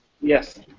Yes